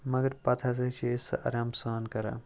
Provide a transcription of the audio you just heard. مگر پَتہٕ ہَسا چھِ أسۍ سُہ آرام سان کَران